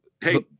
Hey